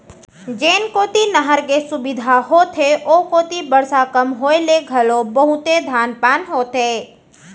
जेन कोती नहर के सुबिधा होथे ओ कोती बरसा कम होए ले घलो बहुते धान पान होथे